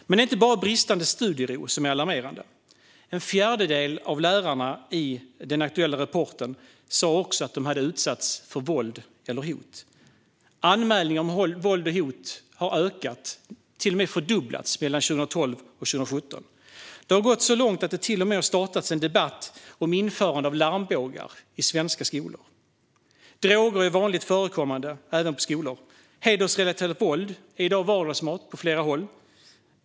Men det är inte bara bristande studiero som är alarmerande. En fjärdedel av lärarna sa i den aktuella rapporten att de utsatts för våld eller hot. Anmälningarna om våld och hot har ökat, till och med fördubblats, mellan 2012 och 2017. Det har gått så långt att det till och med har startats en debatt om införande av larmbågar i svenska skolor. Droger är vanligt förekommande även på skolor. Hedersrelaterat våld är i dag vardagsmat.